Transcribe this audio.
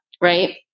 right